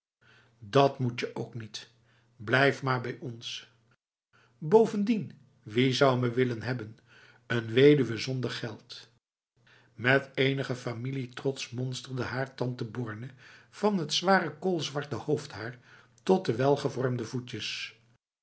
dat moet je ook niet blijf maar bij ons bovendien wie zou me willen hebben n weduwe zonder geld met enige familietrots monsterde haar tante borne van het zware koolzwarte hoofdhaar tot de welgevormde voetjes